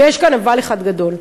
ויש אבל אחד גדול,